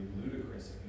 ludicrous